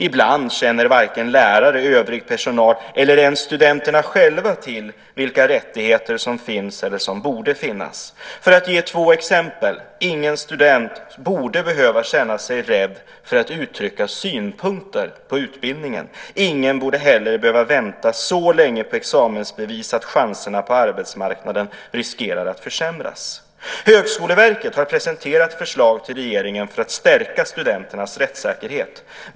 Ibland känner varken lärare eller övrig personal - eller ens studenterna själva - till vilka rättigheter som finns eller som borde finnas. Jag kan ge två exempel. Ingen student borde behöva känna sig rädd för att uttrycka synpunkter på utbildningen. Ingen borde heller behöva vänta så länge på sitt examensbevis att chanserna på arbetsmarknaden riskerar att försämras. Högskoleverket har presenterat förslag för regeringen för att stärka studenternas rättssäkerhet.